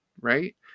right